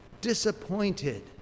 disappointed